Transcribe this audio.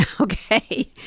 Okay